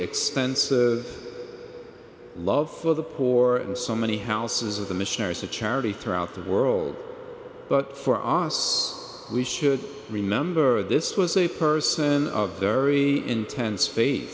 expense of love for the poor and so many houses of the missionaries of charity throughout the world but for us we should remember this was a person of very intense